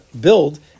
build